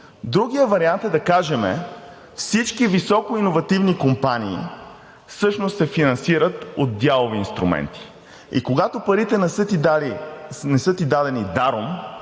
Другият вариант е да кажем: всички високоиновативни компании всъщност се финансират от дялови инструменти. Когато парите не са ти дадени даром,